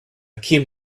came